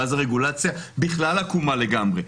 ואז הרגולציה בכלל עקומה לגמרי.